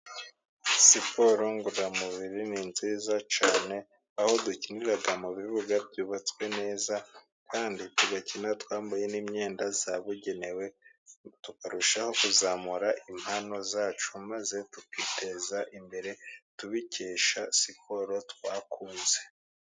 Siporo ngororamubiri ni nziza cyane, aho dukinira mu bibuga, byubatswe neza kandi tugakina twambaye n'imyenda yabugenewe, tukarushaho kuzamura impano zacu, maze tukiteza imbere, tubikesha siporo twakunze.